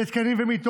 מה,